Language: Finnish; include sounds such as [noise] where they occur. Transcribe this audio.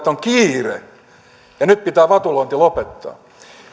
[unintelligible] on kiire ja nyt pitää vatulointi lopettaa